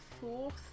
fourth